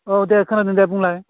औ दे खोनादों दे बुंलाय